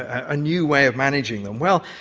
a new way of managing them? well,